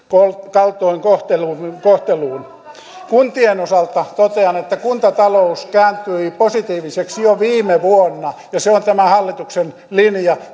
kaltoinkohteluun kuntien osalta totean että kuntatalous kääntyi positiiviseksi jo viime vuonna ja se on tämän hallituksen linja